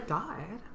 died